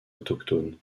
autochtones